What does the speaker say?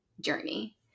journey